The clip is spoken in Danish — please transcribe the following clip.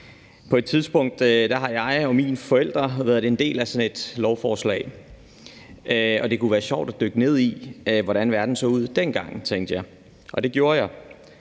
På et tidspunkt har jeg og mine forældre været en del af sådan et lovforslag. Det kunne være sjovt at dykke ned i, hvordan verden så ud dengang, tænkte jeg, og det gjorde jeg.